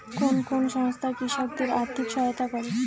কোন কোন সংস্থা কৃষকদের আর্থিক সহায়তা করে?